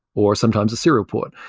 or sometimes a serial port.